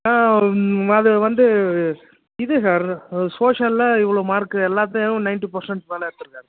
அது வந்து இது சார் சோசியலில் இவ்வளோ மார்க் எல்லாத்துலேயும் நைன்ட்டி பர்சன்ட் மேலே எடுத்துருக்கார்